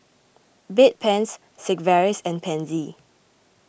Bedpans Sigvaris and Pansy